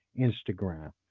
Instagram